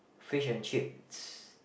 fish and chips